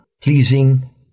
pleasing